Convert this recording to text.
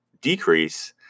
decrease